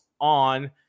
ON